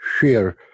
share